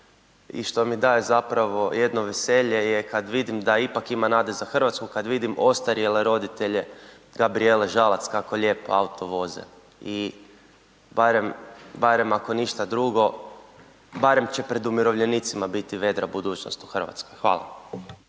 i što mi daje zapravo jedno veselje je kad vidim da ipak ima nade za RH, kad vidim ostarjele roditelje Gabrijele Žalac kako lijep auto voze i barem, barem ako ništa drugo, barem će pred umirovljenicima biti vedra budućnost u RH. Hvala.